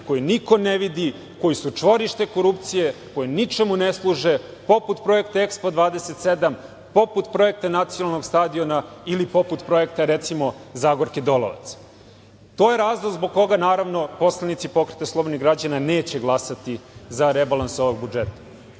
koje niko ne vidi, koji su čvorište korupcije, koji ničemu ne služe, poput projekta EKSPO 27, poput projekta nacionalnog stadiona, ili projekta, recimo, Zagorke Dolovac. To je razlog zbog koga, naravno, poslanici Pokreta slobodnih građana neće glasati za rebalans ovog budžeta. Kada